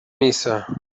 missa